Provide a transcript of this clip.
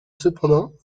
cependant